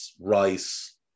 Rice